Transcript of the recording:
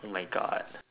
oh my God